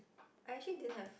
I actually didn't have